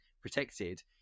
protected